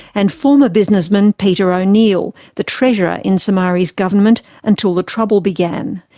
and former businessman peter o'neill, the treasurer in somare's government until the trouble began.